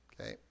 Okay